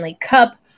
Cup